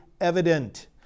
evident